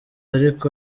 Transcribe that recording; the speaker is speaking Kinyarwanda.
ariko